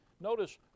Notice